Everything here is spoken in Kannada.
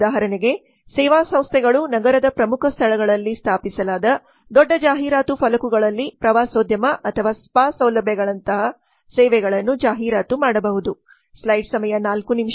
ಉದಾಹರಣೆಗೆ ಸೇವಾ ಸಂಸ್ಥೆಗಳು ನಗರದ ಪ್ರಮುಖ ಸ್ಥಳಗಳಲ್ಲಿ ಸ್ಥಾಪಿಸಲಾದ ದೊಡ್ಡ ಜಾಹೀರಾತು ಫಲಕಗಳಲ್ಲಿ ಪ್ರವಾಸೋದ್ಯಮ ಅಥವಾ ಸ್ಪಾ ಸೌಲಭ್ಯಗಳಂತಹ ಸೇವೆಗಳನ್ನು ಜಾಹೀರಾತು ಮಾಡಬಹುದು